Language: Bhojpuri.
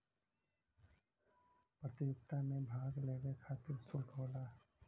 प्रतियोगिता मे भाग लेवे खतिर सुल्क होला